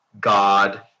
God